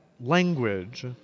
language